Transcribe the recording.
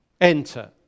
enter